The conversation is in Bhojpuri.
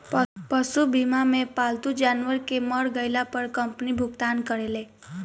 पशु बीमा मे पालतू जानवर के मर गईला पर कंपनी भुगतान करेले